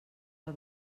del